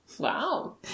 Wow